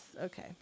Okay